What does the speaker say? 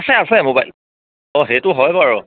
আছে আছে মোবাইল অঁ সেইটো হয় বাৰু